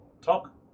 talk